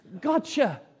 Gotcha